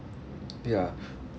ya